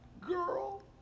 girl